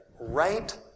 right